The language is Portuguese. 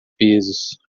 pesos